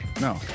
No